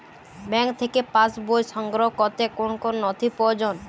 Bank থেকে passbook সংগ্রহ করতে কোন কোন নথি প্রয়োজন?